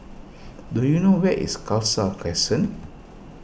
do you know where is Khalsa Crescent